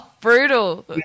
Brutal